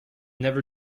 never